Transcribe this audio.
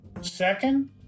Second